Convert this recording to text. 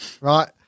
right